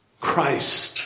Christ